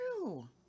true